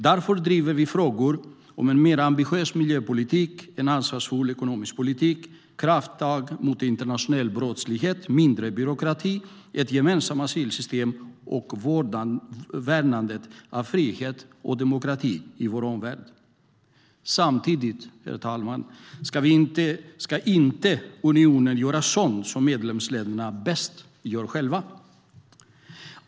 Därför driver vi frågor om en mer ambitiös miljöpolitik, om en ansvarsfull ekonomisk politik, om krafttag mot internationell brottslighet, om mindre byråkrati, om ett gemensamt asylsystem och om värnandet av frihet och demokrati i vår omvärld. Samtidigt, herr talman, ska unionen inte göra sådant som medlemsländerna bäst gör själva.